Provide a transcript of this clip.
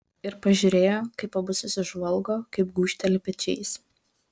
ir pažiūrėjo kaip abu susižvalgo kaip gūžteli pečiais